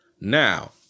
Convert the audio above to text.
Now